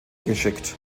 geschickt